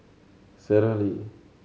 Sara Lee